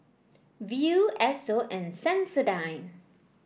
Viu Esso and Sensodyne